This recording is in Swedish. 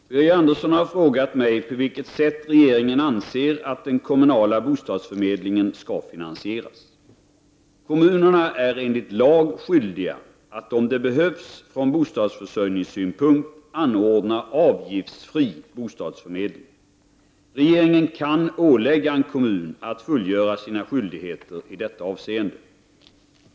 Fru talman! Birger Andersson har frågat mig på vilket sätt regeringen anser att den kommunala bostadsförmedlingen skall finansieras. Kommunerna är enligt lag skyldiga att om det behövs från bostadsförsörjningssynpunkt anordna avgiftsfri bostadsförmedling. Regeringen kan ålägga en kommun att fullgöra sina skyldigheter i detta avseende.